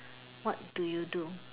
what do you do